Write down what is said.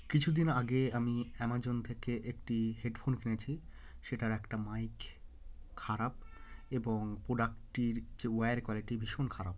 কিছু দিন আগে আমি অ্যামাজন থেকে একটি হেডফোন কিনেছি সেটার একটা মাইক খারাপ এবং প্রোডাক্টটির যে ওয়্যার কোয়ালিটি ভীষণ খারাপ